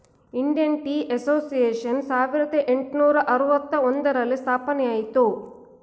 Indian tea association ಸಾವಿರದ ಏಟುನೂರ ಅನ್ನೂತ್ತ ಒಂದರಲ್ಲಿ ಸ್ಥಾಪನೆಯಾಯಿತು